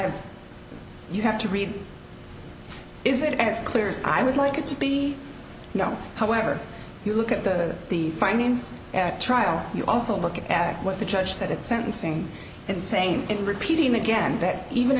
have you have to read is it as clear as i would like it to be you know however you look at the the finance trial you also look at what the judge said at sentencing and saying and repeating again that even